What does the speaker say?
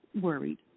worried